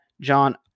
John